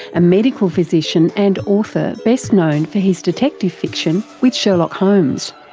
a medical physician and author best known for his detective fiction with sherlock holmes.